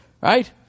right